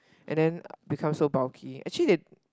and then become so bulky actually they